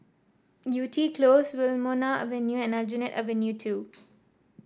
Yew Tee Close Wilmonar Avenue and Aljunied Avenue Two